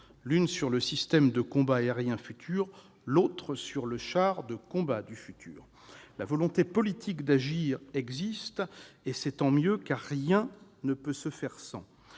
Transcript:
l'une sur le système de combat aérien futur, l'autre sur le char de combat du futur. La volonté politique d'agir existe, et c'est tant mieux, car rien ne peut se faire sans.